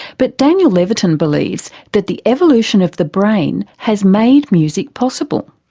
but daniel levitin believes that the evolution of the brain has made music possible.